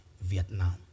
Vietnam